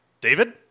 David